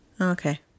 Okay